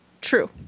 True